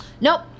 Nope